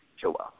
Joel